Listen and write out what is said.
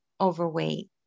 overweight